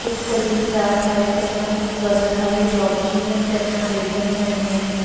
खूप कठीण जात आहे त्यांना खूप गरज आहे जॉबची पण त्यांना भेटत नाही आहे